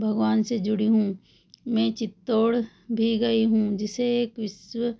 भगवान से जुड़ी हूँ मैं चित्तौड़ भी गई हूँ जिसे एक विश्व